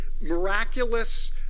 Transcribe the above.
miraculous